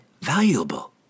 valuable